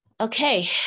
Okay